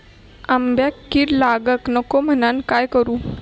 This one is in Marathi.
आंब्यक कीड लागाक नको म्हनान काय करू?